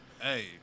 Hey